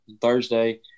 Thursday